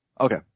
Okay